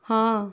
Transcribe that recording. ହଁ